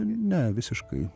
ne visiškai